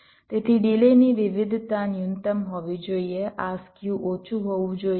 તેથી ડિલેની વિવિધતા ન્યૂનતમ હોવી જોઈએ આ સ્ક્યુ ઓછું હોવું જોઈએ